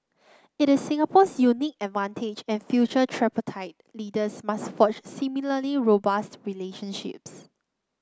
it is Singapore's unique advantage and future tripartite leaders must forge similarly robust relationships